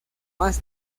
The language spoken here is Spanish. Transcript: más